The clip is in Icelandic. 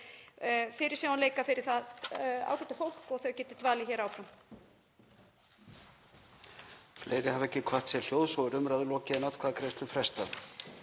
fyrirsjáanleika fyrir það ágæta fólk og þau geta dvalið hér áfram.